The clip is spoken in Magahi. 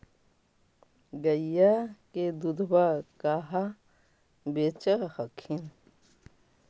गईया के दूधबा कहा बेच हखिन?